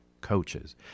coaches